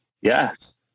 Yes